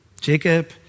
Jacob